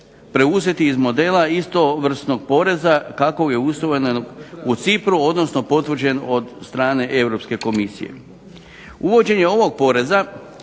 preuzeti iz modela istovrsnog poreza kako je usvojeno u Cipru odnosno potvrđen od strane Europske komisije. Uvođenje ovog poreza